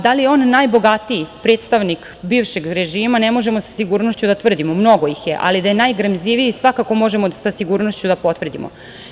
Da li je on najbogatiji predstavnik bivšeg režima ne možemo sa sigurnošću da tvrdimo, mnogo ih je, ali da je najgramziviji svakako možemo sa sigurnošću da potvrdimo.